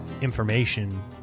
information